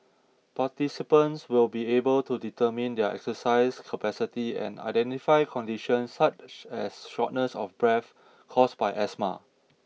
participants will be able to determine their exercise capacity and identify conditions such as shortness of breath caused by asthma